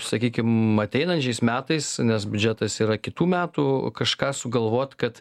sakykim ateinančiais metais nes biudžetas yra kitų metų kažką sugalvot kad